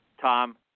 Tom